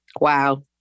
Wow